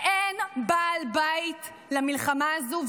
אין בעל בית למלחמה הזו,